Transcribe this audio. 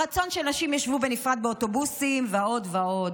רצון שאנשים ישבו בנפרד באוטובוסים, ועוד ועוד?